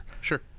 Sure